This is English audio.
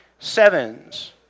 sevens